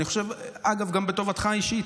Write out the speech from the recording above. אגב, גם לטובתך האישית: